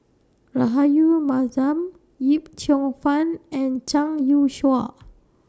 Rahayu Mahzam Yip Cheong Fun and Zhang Youshuo